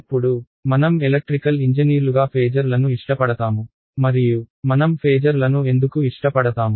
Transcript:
ఇప్పుడు మనం ఎలక్ట్రికల్ ఇంజనీర్లుగా ఫేజర్లను ఇష్టపడతాము మరియు మనం ఫేజర్లను ఎందుకు ఇష్టపడతాము